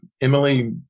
Emily